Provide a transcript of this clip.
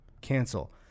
Cancel